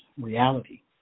reality